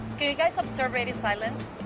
ok, guys, observe radio silence.